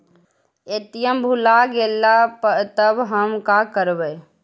ATM भुला गेलय तब हम काकरवय?